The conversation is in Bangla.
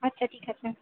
আচ্ছা ঠিক আছে